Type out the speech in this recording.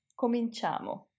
Cominciamo